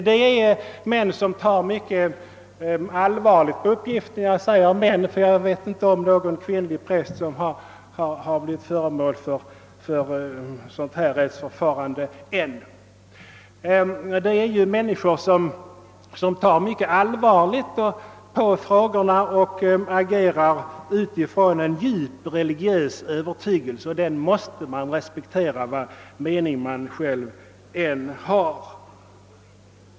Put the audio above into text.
Det är män — jag säger »män», eftersom jag inte vet om någon kvinnlig präst ännu har blivit föremål för ett sådant här rättsförfarande — som tar mycket allvarligt på dessa frågor och agerar utifrån en djup religiös övertygelse. Denna måste man respektera, vilken mening man själv än har.